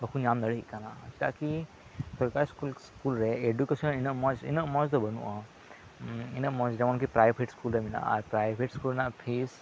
ᱵᱟᱠᱚ ᱧᱟᱢ ᱫᱟᱲᱮᱭᱟᱜ ᱠᱟᱱᱟ ᱪᱮᱫᱟᱜ ᱠᱤ ᱥᱚᱠᱟᱨᱤ ᱥᱠᱩᱞ ᱨᱮ ᱮᱰᱩᱠᱮᱥᱚᱱ ᱩᱱᱟᱹᱜ ᱢᱚᱡᱽ ᱫᱚ ᱵᱟᱹᱱᱩᱜᱼᱟ ᱩᱱᱟᱹᱜ ᱢᱚᱡᱽ ᱡᱮᱢᱚᱱ ᱠᱤ ᱯᱨᱟᱭᱵᱷᱮᱴ ᱥᱠᱩᱞ ᱨᱮ ᱢᱮᱱᱟᱜ ᱼᱟ ᱟᱨ ᱯᱨᱟᱭᱵᱷᱮᱴ ᱥᱠᱩᱞ ᱨᱮᱱᱟᱜ ᱯᱷᱤᱥ